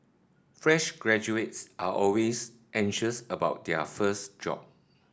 fresh graduates are always anxious about their first job